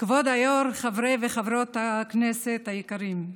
כבוד היו"ר, חברי וחברות הכנסת היקרים,